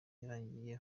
yarangiye